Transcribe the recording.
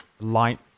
light